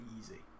easy